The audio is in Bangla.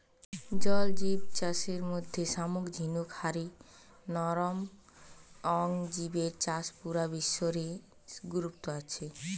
জল জিব চাষের মধ্যে শামুক ঝিনুক হারি নরম অং জিবের চাষ পুরা বিশ্ব রে গুরুত্ব আছে